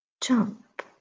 jump